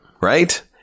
Right